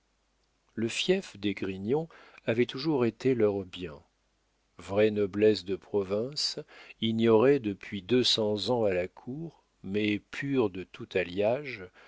le fief d'esgrignon avait toujours été leur bien vraie noblesse de province ignorée depuis deux cents ans à la cour mais pure de tout alliage